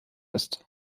ist